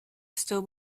still